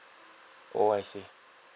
oh I see